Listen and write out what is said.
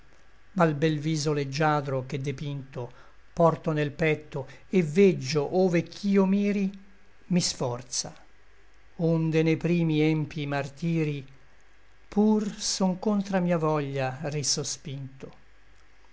l bel viso leggiadro che depinto porto nel petto et veggio ove ch'io miri mi sforza onde ne primi empii martiri pur son contra mia voglia